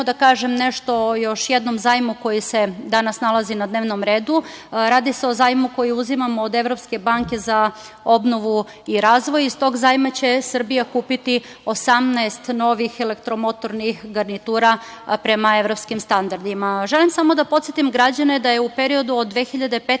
da kažem nešto o još jedno zajmu koji se danas nalazi na dnevnom redu. Radi se o zajmu koji uzimamo od Evropske banke za obnovu i razvoj. Iz tog zajma će Srbija kupiti 18 novih elektromotornih garnitura prema evropskim standardima. Želim samo da podsetim građane da je u periodu od 2015.